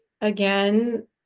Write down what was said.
Again